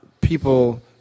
people